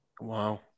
wow